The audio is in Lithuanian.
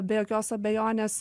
be jokios abejonės